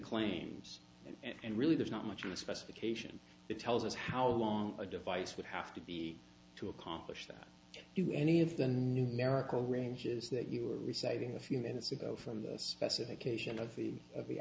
claims and really there's not much in the specification that tells us how long a device would have to be to accomplish that to do any of the numerical ranges that you were reciting a few minutes ago from the specification of the of the